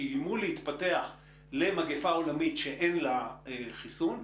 שאיימו להתפתח למגפה עולמית שאין לה חיסון,